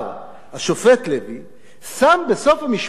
שם בסוף המשפט הזה סימן שאלה.